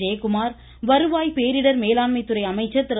ஜெயக்குமார் வருவாய் பேரிடர் மேலாண்மை துறை அமைச்சர் திரு